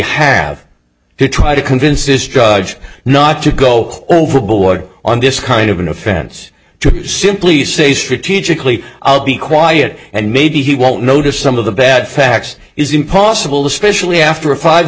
have to try to convince this judge not to go overboard on this kind of an offense to simply say strategically i'll be quiet and maybe he won't notice some of the bad facts is impossible especially after a five